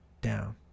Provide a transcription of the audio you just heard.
down